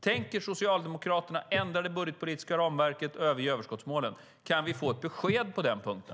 Tänker Socialdemokraterna ändra det budgetpolitiska ramverket och överge överskottsmålet? Kan vi få ett besked på den punkten?